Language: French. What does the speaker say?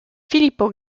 filippo